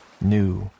new